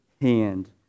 hand